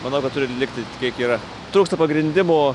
manau kad turi likti kiek yra trūksta pagrindimo